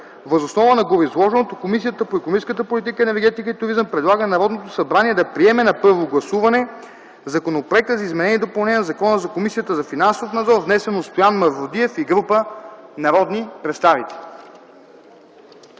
Въз основа на гореизложеното Комисията по икономическата политика, енергетика и туризъм предлага на Народното събрание да приеме на първо гласуване Законопроекта за изменение и допълнение на Закона за Комисията за финансов надзор, внесен от Стоян Мавродиев и група народни представители.”